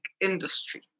industry